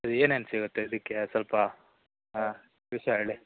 ಅದೆ ಏನೇನು ಸಿಗುತ್ತೆ ಅದಕ್ಕೆ ಸ್ವಲ್ಪ ವಿಷಯ ಹೇಳಿ